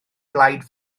blaid